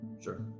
Sure